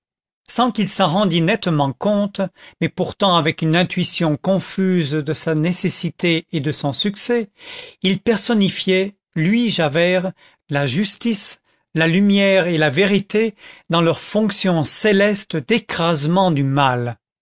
sans qu'il s'en rendit nettement compte mais pourtant avec une intuition confuse de sa nécessité et de son succès il personnifiait lui javert la justice la lumière et la vérité dans leur fonction céleste d'écrasement du mal